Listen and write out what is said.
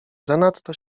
zanadto